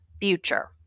future